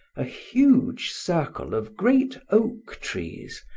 a huge circle of great oak-trees,